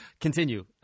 Continue